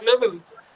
levels